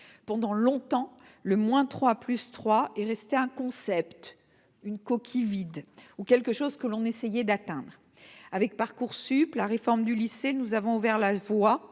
pendant longtemps le moins trois, plus trois est resté un concept, une coquille vide ou quelque chose que l'on essayé d'atteindre avec Parcoursup la réforme du lycée, nous avons ouvert la voie